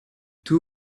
two